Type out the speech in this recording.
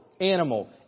animal